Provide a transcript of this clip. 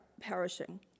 perishing